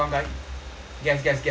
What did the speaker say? gas gas gas gas